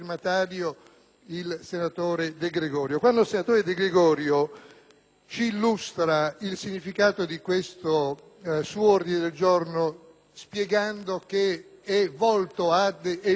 ci illustra il significato del suo ordine del giorno spiegando che è volto ad evitare